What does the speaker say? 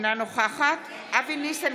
נגד אבי ניסנקורן,